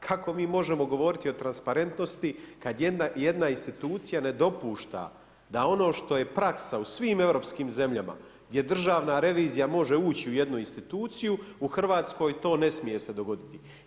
Kako mi možemo govoriti o transparentnosti, kad jedna institucija ne dopušta, da ono što je praksa u svim europskim zemljama, gdje državna revizija može ući u jednu instituciju u Hrvatskoj to ne smije se dogoditi.